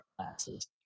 classes